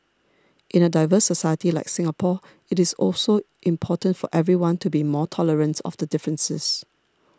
in a diverse society like Singapore it is important for everyone to be more tolerant of differences